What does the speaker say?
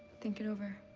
think it over.